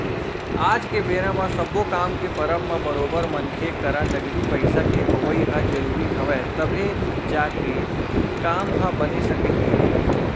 आज के बेरा म सब्बो काम के परब म बरोबर मनखे करा नगदी पइसा के होवई ह जरुरी हवय तभे जाके काम ह बने सकही